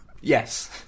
Yes